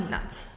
Nuts